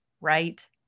right